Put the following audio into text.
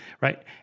right